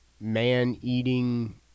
man-eating